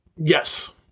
Yes